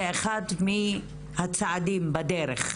זה אחד מהצעדים בדרך.